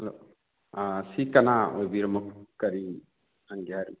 ꯁꯤ ꯀꯅꯥ ꯑꯣꯏꯕꯤꯔꯕꯅꯣ ꯀꯔꯤ ꯍꯪꯒꯦ ꯍꯥꯏꯔꯤꯅꯣ